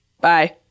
Bye